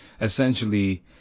essentially